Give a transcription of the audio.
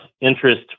interest